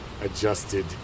adjusted